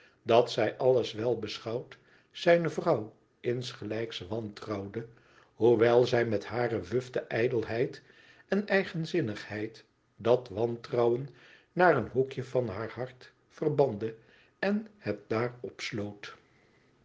dat zij alles wel beschouwd zijne vrouw insgelijks wantrouwde hoewel zij met hare wufte ijdelheid en eigenzinnigheid dat wantrouwen naar een hoekje van haar hart verbande en het